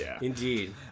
indeed